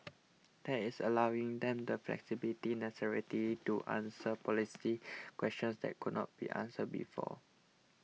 that is allowing them the flexibility to answer policy tea questions that could not be answered before